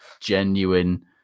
genuine